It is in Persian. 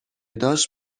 داشت